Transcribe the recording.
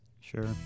Sure